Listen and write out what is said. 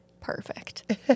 Perfect